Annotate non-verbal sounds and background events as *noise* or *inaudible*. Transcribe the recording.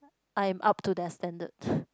I am up to their standard *breath*